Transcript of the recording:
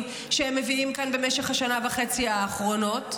שהם מביאים כאן במשך השנה וחצי האחרונות,